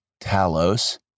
Talos